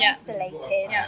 isolated